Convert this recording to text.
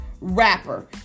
Rapper